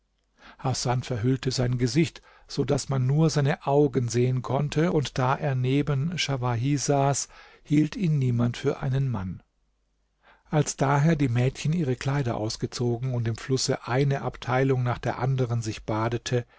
hasan verhüllte sein gesicht so daß man nur seine augen sehen konnte und da er neben schawahi saß hielt ihn niemand für einen mann als daher die mädchen ihre kleider ausgezogen und im flusse eine abteilung nach der anderen sich badete